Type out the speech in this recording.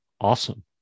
awesome